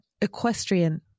equestrian